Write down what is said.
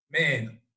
man